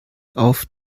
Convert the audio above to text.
auf